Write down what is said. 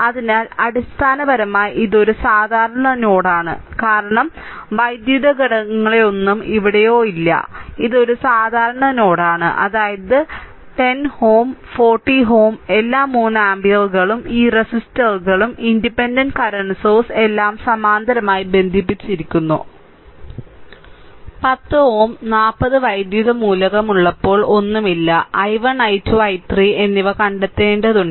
അതിനാൽ അടിസ്ഥാനപരമായി ഇത് ഒരു സാധാരണ നോഡാണ് കാരണം വൈദ്യുത ഘടകങ്ങളൊന്നും ഇവിടെയോ ഇല്ല ഇത് ഒരു സാധാരണ നോഡാണ് അതായത് 10 Ω 40 Ω എല്ലാ 3 ആമ്പിയറുകളും ഈ റെസിസ്റ്ററുകളും ഇൻഡിപെൻഡന്റ് കറന്റ് സോഴ്സ് എല്ലാം സമാന്തരമായി ബന്ധിപ്പിച്ചിരിക്കുന്നു 10 Ω 40 വൈദ്യുത മൂലകം ഉള്ളപ്പോൾ ഒന്നും ഇല്ല i1 i2 i3 എന്നിവ കണ്ടെത്തേണ്ടതുണ്ട്